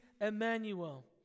Emmanuel